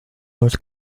nos